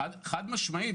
חד-משמעית.